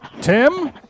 Tim